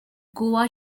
goa